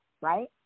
right